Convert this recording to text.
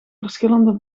verschillende